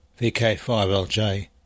VK5LJ